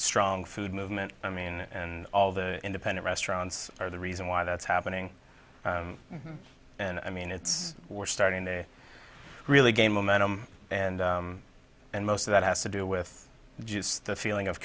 strong food movement i mean and all the independent restaurants are the reason why that's happening and i mean it's we're starting to really gain momentum and and most of that has to do with just the feeling of